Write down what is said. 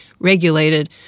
regulated